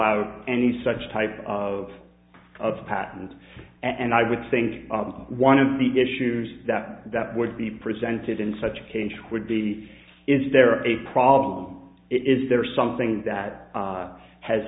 out any such type of of patent and i would think of one of the issues that that would be presented in such a cage would be is there a problem is there something that